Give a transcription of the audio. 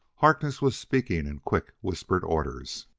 harkness was speaking in quick, whispered orders